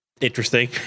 Interesting